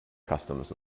customs